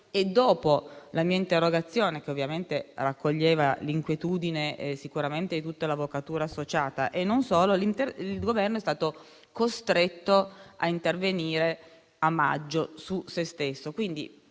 e dopo la mia interrogazione, che ovviamente raccoglieva l'inquietudine di tutta l'avvocatura associata e non solo, a maggio il Governo è stato costretto a intervenire su se stesso.